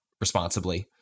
responsibly